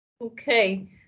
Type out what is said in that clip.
Okay